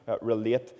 relate